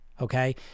Okay